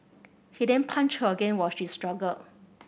he then punched again while she struggled